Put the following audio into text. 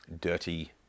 dirty